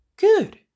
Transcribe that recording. good